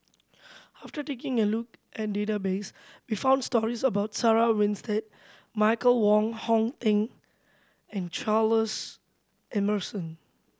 after taking a look at database we found stories about Sarah Winstedt Michael Wong Hong Eng and Charles Emmerson